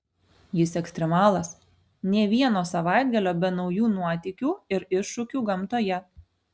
jis ekstremalas nė vieno savaitgalio be naujų nuotykių ir iššūkių gamtoje